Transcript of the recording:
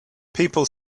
people